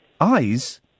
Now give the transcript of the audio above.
Eyes